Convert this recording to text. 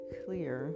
clear